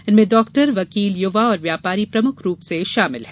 इनमें डॉक्टर वकील युवा और व्यापारी प्रमुख रूप से शामिल हैं